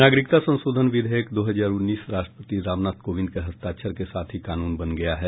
नागरिकता संशोधन विधेयक दो हजार उन्नीस राष्ट्रपति रामनाथ कोविंद के हस्ताक्षर के साथ ही कानून बन गया है